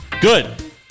good